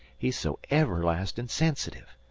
he's so everlastin' sensitive.